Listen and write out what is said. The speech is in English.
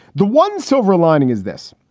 the one silver lining is this.